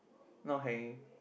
not hanging